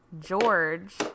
George